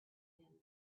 him